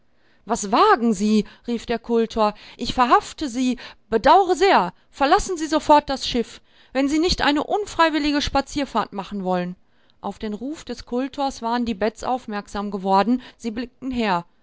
was wagen sie rief der kultor ich verhafte sie bedaure sehr verlassen sie sofort das schiff wenn sie nicht eine unfreiwillige spazierfahrt machen wollen auf den ruf des kultors waren die beds aufmerksam geworden sie blickten her